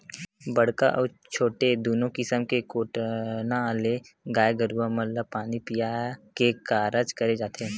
बड़का अउ छोटे दूनो किसम के कोटना ले गाय गरुवा मन ल पानी पीया के कारज करे जाथे